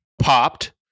popped